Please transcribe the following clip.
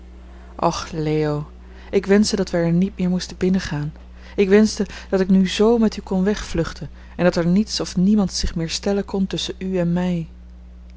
och leo ik wenschte dat wij er niet meer moesten binnengaan ik wenschte dat ik nu z met u kon wegvluchten en dat er niets of niemand zich meer stellen kon tusschen u en mij